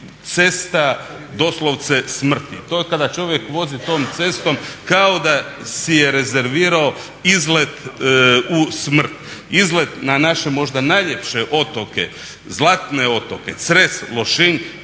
cesta doslovce smrti. To kada čovjek vozi tom cestom kao da si je rezervirao izlet u smrt, izlet na naše možda najljepše otoke, zlatne otoke. Cres, Lošinj